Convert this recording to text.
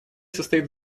состоит